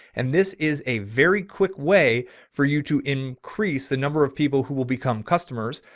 and this is a very quick way for you to increase the number of people who will become customers,